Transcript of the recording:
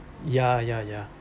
ya ya ya